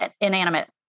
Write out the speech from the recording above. inanimate